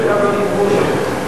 מהמציעים,